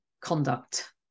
conduct